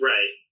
Right